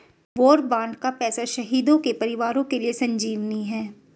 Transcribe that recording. वार bond का पैसा शहीद के परिवारों के लिए संजीवनी है